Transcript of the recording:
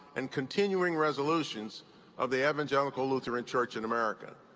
and continuing resolutions of the evangelical lutheran church in america.